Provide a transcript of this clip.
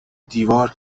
دیوار